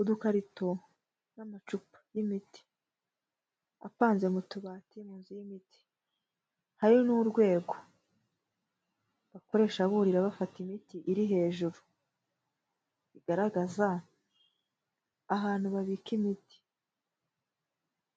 Udukarito n'amacupa n'imiti apanze mu tubati mu nzu y'imiti, hari n'urwego bakoresha burira bafata imiti iri hejuru, bigaragaza ahantu babika imiti